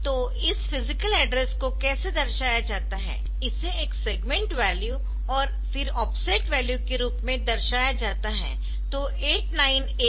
तो इस physical address को कैसे दर्शाया जाता है इसे एक सेगमेंट वैल्यू और फिर ऑफसेट वैल्यू के रूप में दर्शाया जाता है तो 89AB F012